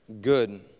good